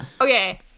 Okay